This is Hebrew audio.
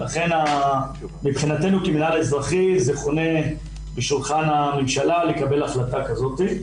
לכן מבחינתנו כמינהל אזרחי זה חונה בשולחן ממשלה לקבל החלטה כזאת.